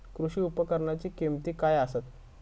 कृषी उपकरणाची किमती काय आसत?